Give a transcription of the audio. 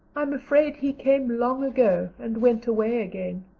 i'm afraid he came long ago and went away again,